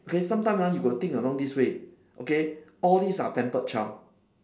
okay sometimes ah you got to think along this way okay all these are pampered child